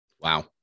wow